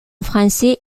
français